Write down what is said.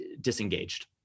disengaged